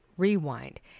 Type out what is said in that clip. Rewind